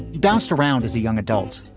bounced around as a young adult.